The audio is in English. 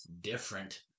Different